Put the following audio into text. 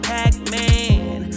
Pac-Man